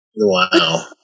Wow